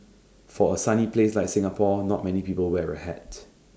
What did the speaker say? for A sunny place like Singapore not many people wear A hat